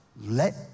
Let